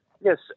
Yes